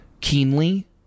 keenly